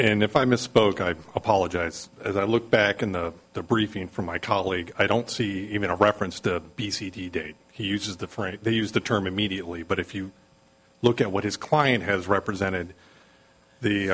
and if i misspoke i apologize as i look back in the briefing from my colleague i don't see even a reference to b c d date he uses the phrase they use the term immediately but if you look at what his client has represented the